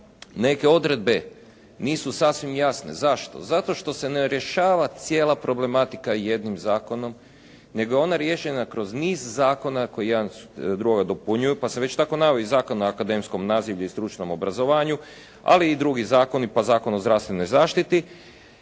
neke odredbe nisu sasvim jasne. Zašto? Zato što se ne rješava cijela problematika jednim zakonom, nego je ona riješena kroz niz zakona koji jedan drugoga dopunjuju pa sam već tako naveo i Zakon o akademskom nazivlju i stručnom obrazovanju, ali i drugi zakoni, pa Zakon o zdravstvenoj zaštiti.